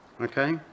Okay